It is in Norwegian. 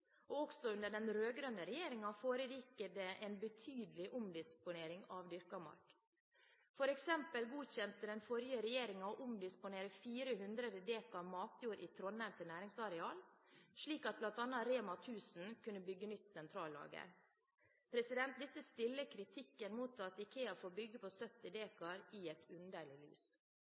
Også under den rød-grønne regjeringen foregikk det en betydelig omdisponering av dyrket mark – f.eks. godkjente den forrige regjeringen en omdisponering av 400 dekar matjord i Trondheim til næringsareal, slik at bl.a. REMA 1000 kunne bygge nytt sentrallager. Dette stiller kritikken mot at IKEA får bygge på 70 dekar, i et underlig